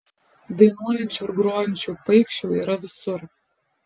dainuojančių ir grojančių paikšių yra visur